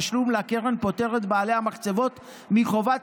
התשלום לקרן פוטר את בעלי המחצבות מחובת